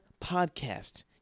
podcast